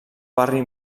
barri